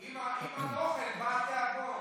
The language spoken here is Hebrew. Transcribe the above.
עם הנוכל בא התיאבון.